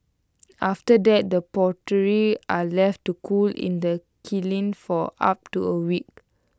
after that the pottery are left to cool in the kiln for up to A week